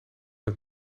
het